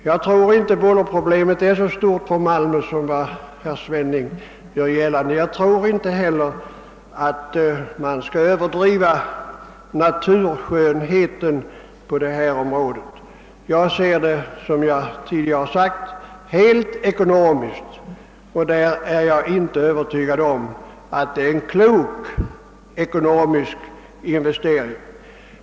Jag tror inte att bullerproblemet för Malmö är så stort som herr Svenning gör gällande. Jag tror inte heller att man skall överdriva naturskönheten i detta område. Jag ser det hela, som jag tidigare sagt, rent ekonomiskt och jag är inte övertygad om att detta är en klok investering.